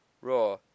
Raw